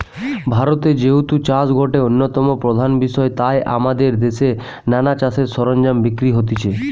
ভারতে যেহেতু চাষ গটে অন্যতম প্রধান বিষয় তাই আমদের দেশে নানা চাষের সরঞ্জাম বিক্রি হতিছে